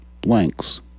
blanks